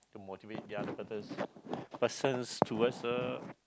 motivate the other persons towards a